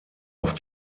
auf